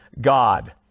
God